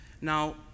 Now